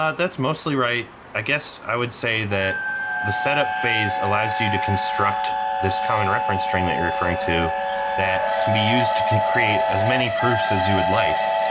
ah that's mostly right. i guess, i would say that the setup phase allows you to construct this common reference string that you're referring to that can be used to create as many proofs as you would like.